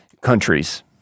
Countries